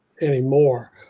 anymore